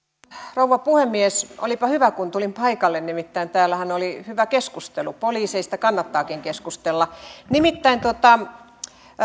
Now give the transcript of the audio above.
rouva puhemies olipa hyvä kun tulin paikalle nimittäin täällähän oli hyvä keskustelu poliiseista kannattaakin keskustella nimittäin